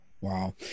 Wow